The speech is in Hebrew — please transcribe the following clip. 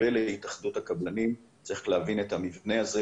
ולהתאחדות הקבלנים,